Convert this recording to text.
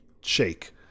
shake